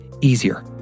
easier